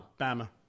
Bama